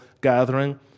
gathering